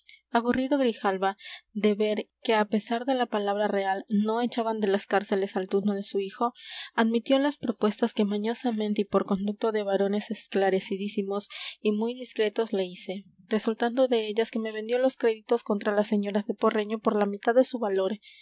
aburrido grijalva de ver que a pesar de la palabra real no echaban de las cárceles al tuno de su hijo admitió las propuestas que mañosamente y por conducto de varones esclarecidísimos y muy discretos le hice resultando de ellas que me vendió los créditos contra las señoras de porreño por la mitad de su valor